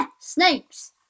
snakes